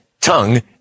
tongue